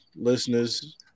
Listeners